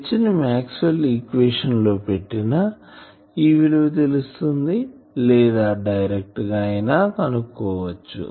H ని Maxwell equation లో పెట్టినా ఈ విలువ తెలుస్తుంది లేదా డైరెక్ట్ గా అయినా కనుక్కోవచ్చు